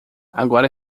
agora